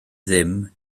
ddim